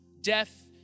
death